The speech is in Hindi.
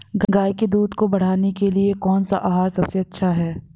गाय के दूध को बढ़ाने के लिए कौनसा आहार सबसे अच्छा है?